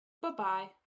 Bye-bye